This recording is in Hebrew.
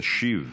תשיב